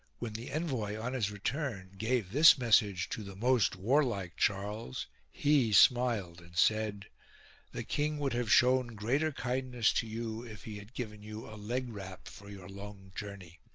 when the envoy on his return gave this message to the most warlike charles, he smiled and said the king would have shown greater kindness to you if he had given you a leg-wrap for your long journey.